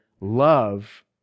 love